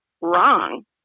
wrong